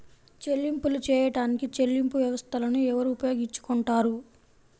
చెల్లింపులు చేయడానికి చెల్లింపు వ్యవస్థలను ఎవరు ఉపయోగించుకొంటారు?